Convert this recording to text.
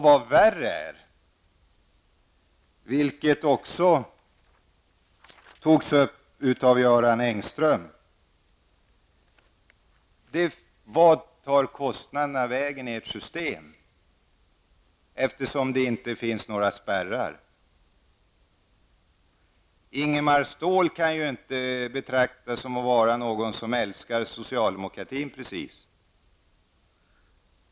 Vad värre är, och detta togs också upp av Göran Engström, är att man frågar sig: Vart bär kostnaderna hän i ert system? Det finns ju inte några spärrar. Ingemar Ståhl kan ju inte precis betraktas som den som älskar socialdemokratin.